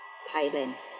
thailand